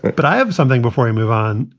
but i have something before you move on.